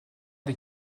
des